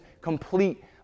complete